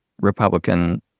Republican